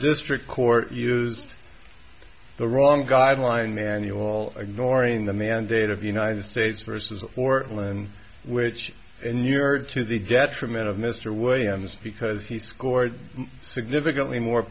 district court used the wrong guideline manual ignoring the mandate of united states versus or will in which inured to the detriment of mr williams because he scored significantly more